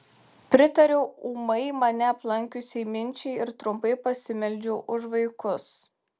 pritariau ūmai mane aplankiusiai minčiai ir trumpai pasimeldžiau už vaikus